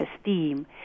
esteem